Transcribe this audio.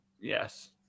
yes